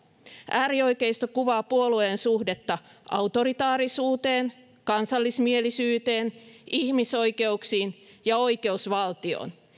äärioikeisto kuvaa puolueen suhdetta autoritaarisuuteen kansallismielisyyteen ihmisoikeuksiin ja oikeusvaltioon